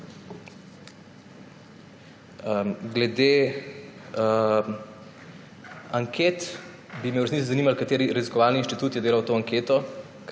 Glede anket bi me v resnici zanimalo, kateri raziskovalni inštitut je delal to anketo,